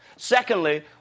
Secondly